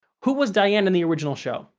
who was diane in the original show?